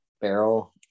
barrel